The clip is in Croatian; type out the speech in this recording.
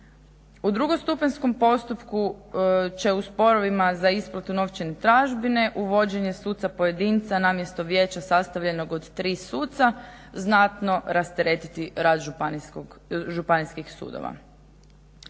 U drugostupanjskom postupku će u sporovima za isplatu novčane tražbine uvođenje suca pojedina na mjesto vijeća sastavljenog od tri suca znatno rasteretiti rad županijskih sudova.